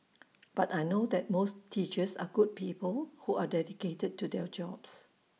but I know that most teachers are good people who are dedicated to their jobs